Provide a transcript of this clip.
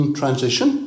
transition